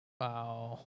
Wow